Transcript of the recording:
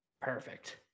perfect